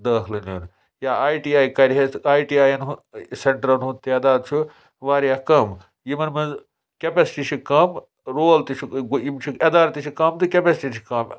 دٲخلہٕ نیُن یا آیۍ ٹی آیۍ کَرِ ہے تہٕ آیۍ ٹی آیَن ہُہ سٮ۪نٹرٛن ہُنٛد تعداد چھُ واریاہ کَم یِمَن منٛز کیٚپیسِٹی چھِ کَم رول تہِ چھُ گوٚو یِم چھِنہٕ ایٚدارٕ تہِ چھِ کَم تہٕ کیٚپیسِٹی تہِ چھِ کَم